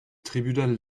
tribunal